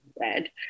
red